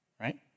right